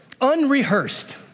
Unrehearsed